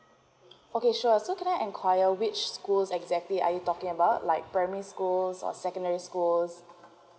okay sure so can I enquire which schools exactly are you talking about like primary schools or secondary schools